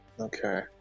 Okay